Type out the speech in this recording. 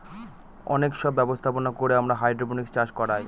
অনেক সব ব্যবস্থাপনা করে আমরা হাইড্রোপনিক্স চাষ করায়